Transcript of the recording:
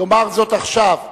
יאמר זאת עכשיו.